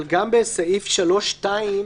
אבל גם בסעיף 3(2),